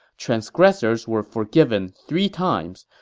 transgressors were forgiven three times,